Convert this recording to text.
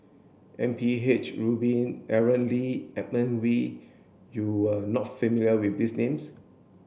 M P H Rubin Aaron Lee Edmund Wee you are not familiar with these names